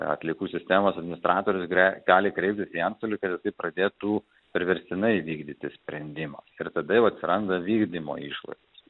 atliekų sistemos administratorius gre gali kreiptis į antstolį kad jisai pradėtų priverstinai vykdyti sprendimą ir tada jau atsiranda vykdymo išlaidos